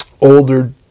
older